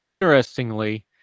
interestingly